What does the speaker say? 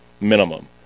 minimum